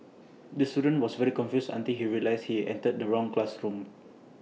the student was very confused until he realised he entered the wrong classroom